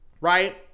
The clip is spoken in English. right